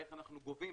איך אנחנו גובים,